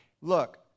Look